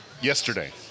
yesterday